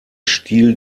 stil